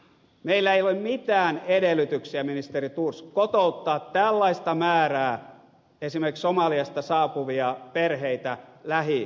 meillä ole mitään edellytyksiä ministeri thors kotouttaa tällaista määrää esimerkiksi somaliasta saapuvia perheitä lähivuosina